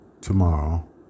tomorrow